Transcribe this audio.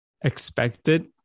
expected